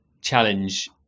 challenge